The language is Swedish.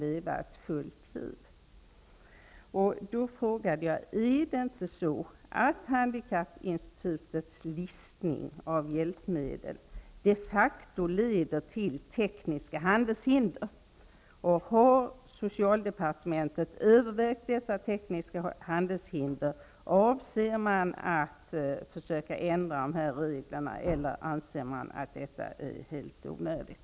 Jag frågade därför: Är det inte så att handikappinstitutets listning av hjälpmedel de facto leder till tekniska handelshinder? Har socialdepartementet övervägt dessa tekniska handelshinder? Avser man att försöka ändra dessa regler, eller anser man att det är helt onödigt?